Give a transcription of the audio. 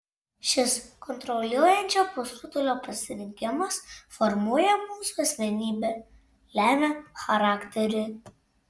šis kontroliuojančio pusrutulio pasirinkimas formuoja mūsų asmenybę lemia charakterį